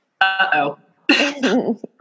Uh-oh